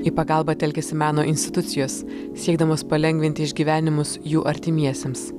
į pagalbą telkiasi meno institucijos siekdamos palengvinti išgyvenimus jų artimiesiems